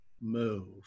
move